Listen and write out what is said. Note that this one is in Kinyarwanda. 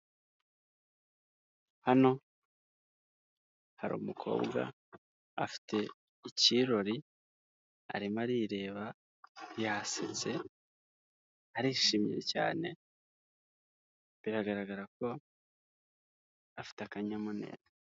Hano harumukobwa afite icyirori, arimo arireba yasetse arishimye cyane, biragaragara ko afite akanyamuneza.